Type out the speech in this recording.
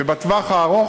ובטווח הארוך,